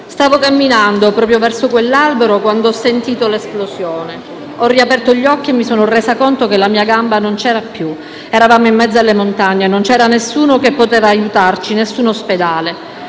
Stavo camminando proprio verso quell'albero quando ho sentito l'esplosione. Ho riaperto gli occhi e mi sono resa conto che la mia gamba non c'era più. Eravamo in mezzo alle montagne, non c'era nessuno che poteva aiutarci. Nessun ospedale.